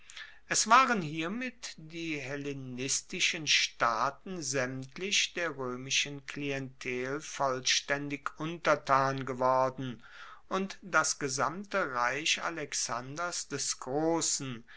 es waren hiermit die hellenistischen staaten saemtlich der roemischen klientel vollstaendig untertan geworden und das gesamte reich alexanders des grossen